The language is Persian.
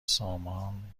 سامانمند